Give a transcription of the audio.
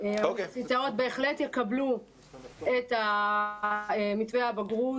האוניברסיטאות בהחלט יקבלו את המתווה לבגרות,